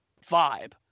vibe